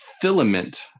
filament